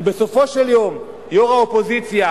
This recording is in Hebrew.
כי בסופו של יום יו"ר האופוזיציה